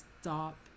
stop